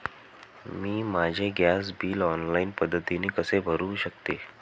मी माझे gas bill online पद्धतीने कसे भरु शकते?